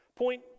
Point